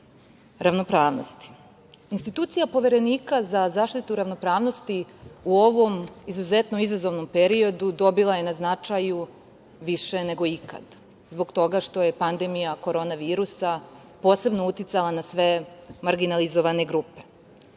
ravnopravnosti. Institucija Poverenika za zaštitu ravnopravnosti u ovom izuzetno izazovnom periodu dobila je na značaju više nego ikada zbog toga što je pandemija korone virusa posebno uticala na sve marginalizovane grupe.